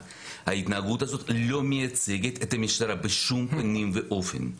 ההתנהגות הזאת לא מייצגת את המשטרה בשום פנים ואופן.